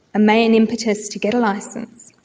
main impetus to get a licence.